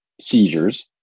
seizures